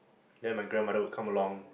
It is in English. then my grandmother would come along